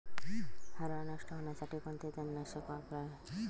हरळ नष्ट होण्यासाठी कोणते तणनाशक वापरावे?